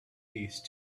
these